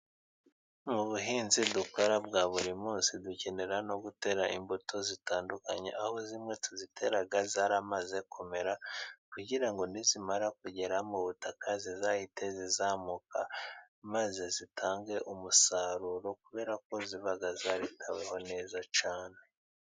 Mu buhinzi dukora bwa buri munsi, dukenera no gutera imbuto zitandukanye, aho zimwe tuzitera zaramaze kumera, kugira ngo nizimamara kugera mu butaka zizahite zizamuka, maze zitange umusaruro kubera ko ziba zari taweho neza cyane.